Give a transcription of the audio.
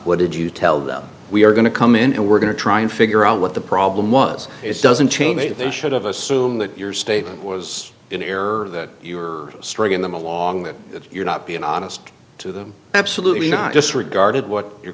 what did you tell them we are going to come in and we're going to try and figure out what the problem was it doesn't change that they should have assume that your statement was in error that you're struggling them along if you're not being honest to them absolutely not just regarded what your